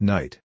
Night